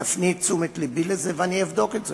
תפני את תשומת לבי לזה, ואני אבדוק את זה.